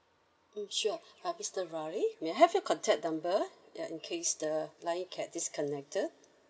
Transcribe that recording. mm sure uh mister ravi may I have your contact number uh in case the line get disconnected